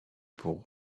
pour